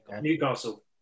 newcastle